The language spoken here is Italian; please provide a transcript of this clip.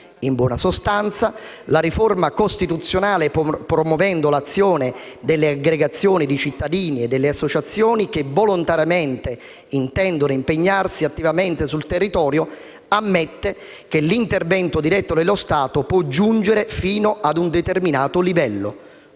In buona sostanza, la riforma costituzionale, promuovendo l'azione delle aggregazioni di cittadini e delle associazioni che volontariamente intendono impegnarsi attivamente sul territorio, ammette che l'intervento diretto dello Stato può giungere fino a un determinato livello,